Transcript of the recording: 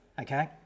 okay